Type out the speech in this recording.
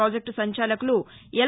project సంచాలకులు L